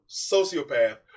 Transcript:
sociopath